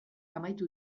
amaitu